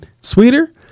sweeter